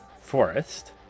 forest